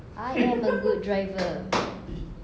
I am a good driver